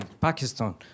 Pakistan